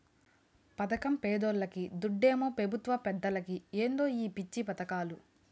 పదకం పేదోల్లకి, దుడ్డేమో పెబుత్వ పెద్దలకి ఏందో ఈ పిచ్చి పదకాలు